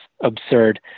absurd